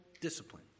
discipline